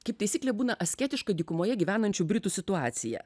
kaip taisyklė būna asketiška dykumoje gyvenančių britų situacija